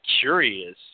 curious